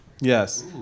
yes